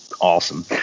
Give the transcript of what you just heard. Awesome